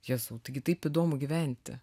jėzau taigi taip įdomu gyventi